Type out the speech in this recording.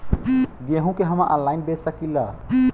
गेहूँ के हम ऑनलाइन बेंच सकी ला?